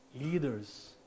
leaders